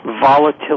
Volatility